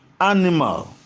animal